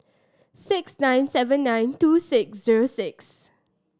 six nine seven nine two six zero six